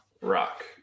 Rock